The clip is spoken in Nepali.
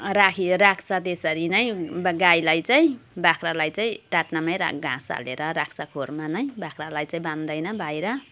राखी राख्छ त्यसरी नै अन्त गाईलाई चाहिँ बाख्रालाई चाहिँ टाट्नामै राख घाँस हालिदिएर राख्छ खोरमा नै बाख्रालाई चाहिँ बाँधैन बाहिर